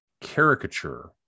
caricature